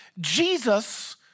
Jesus